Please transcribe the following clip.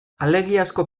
alegiazko